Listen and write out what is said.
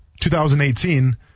2018